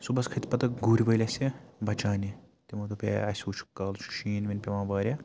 صُبحس کھٔتۍ پَتہٕ گُرۍ وٲلۍ اَسہِ بَچاونہِ تِمو دوٚپ ہے اَسہِ وُچھ کالہٕ چھُ شیٖن ویٖن پیٚوان واریاہ